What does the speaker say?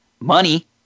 money